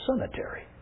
cemetery